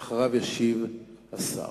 ואחריו ישיב השר.